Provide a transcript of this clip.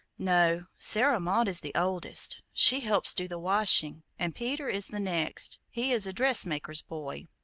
no sarah maud is the oldest she helps do the washing and peter is the next. he is a dressmaker's boy.